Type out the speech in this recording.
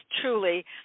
truly